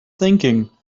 thinking